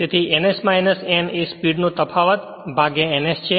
તેથી ns n એ speed નો તફાવત ભાગ્ય ns છે